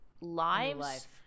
lives